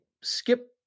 skip